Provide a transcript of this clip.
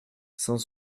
cent